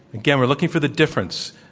again, we're looking for the difference.